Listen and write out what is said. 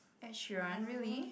Ed sheeran really